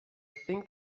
think